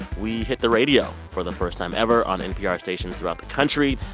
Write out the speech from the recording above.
we hit the radio for the first time ever on npr stations throughout the country.